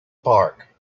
park